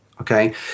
Okay